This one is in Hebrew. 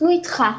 אנחנו איתך.